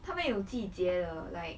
他们有季节的 like